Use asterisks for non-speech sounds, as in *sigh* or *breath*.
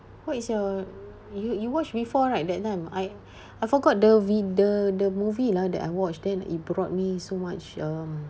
what is your you you watched before right that time I *breath* I forgot the wi~ the the movie lah that I watch then it brought me so much um